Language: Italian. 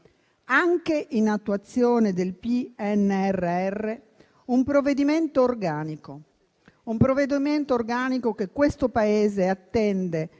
anche in attuazione del PNRR, un provvedimento organico, che questo Paese attende